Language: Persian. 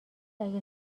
اگه